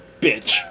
bitch